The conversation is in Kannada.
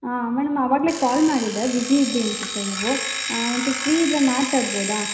ಆಂ ಮೇಡಮ್ ಅವಾಗಲೇ ಕಾಲ್ ಮಾಡಿದ್ದೆ ಬಿಝೀ ಇದ್ದಿರಿ ಅನ್ನಿಸುತ್ತೆ ನೀವು ಒಂಚೂರು ಫ್ರೀ ಇದ್ದರೆ ಮಾತಾಡ್ಬೋದಾ